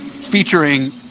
featuring